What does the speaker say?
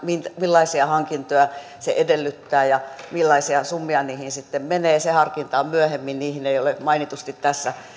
millaisia hankintoja se edellyttää ja millaisia summia niihin sitten menee se harkinta on myöhemmin niihin ei ole mainitusti tässä